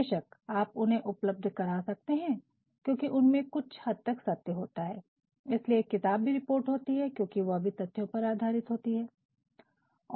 बेशक आप उन्हें उपलब्ध करा सकते हैं क्योंकि उनमें कुछ हद तक सत्य होता है इसीलिए एक किताब भी रिपोर्ट होती है क्योंकि वह भी तथ्यों पर आधारित होती है